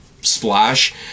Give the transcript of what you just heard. splash